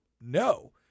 No